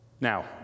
Now